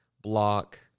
block